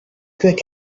quick